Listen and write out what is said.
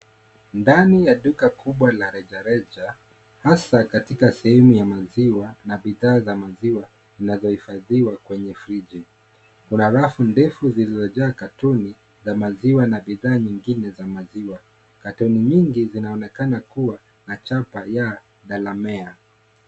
Ndani ya duka kubwa la rejareja hasa katika sehemu ya maziwa na bidhaa za maziwa zinazohifadhiwa kwenye friji . Kuna rafu ndefu zilizojaa katoni za maziwa na bidhaa nyingine za maziwa. Katoni nyingi zinaonekana kuwa na chapa ya Delamere.